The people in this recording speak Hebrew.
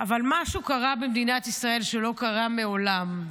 אבל משהו קרה במדינת ישראל, שלא קרה מעולם.